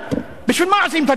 בשביל מה עושים את הדברים האלה?